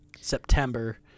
September